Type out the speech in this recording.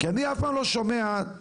כי אני אף פעם לא שומע שבמסגרת